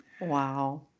Wow